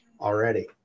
already